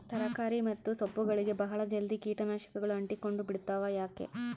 ತರಕಾರಿ ಮತ್ತು ಸೊಪ್ಪುಗಳಗೆ ಬಹಳ ಜಲ್ದಿ ಕೇಟ ನಾಶಕಗಳು ಅಂಟಿಕೊಂಡ ಬಿಡ್ತವಾ ಯಾಕೆ?